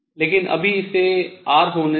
लेकिन अभी इसे r होने दें